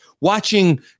watching